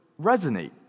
resonate